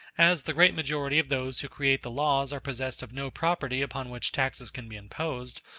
as the great majority of those who create the laws are possessed of no property upon which taxes can be imposed,